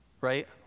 Right